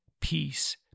peace